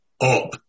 up